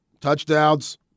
touchdowns